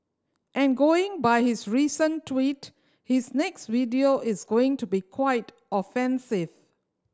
and going by his recent tweet his next video is going to be quite offensive